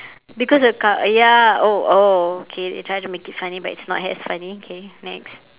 because a cow uh ya oh oh okay you tried to make it funny but it's not as funny okay next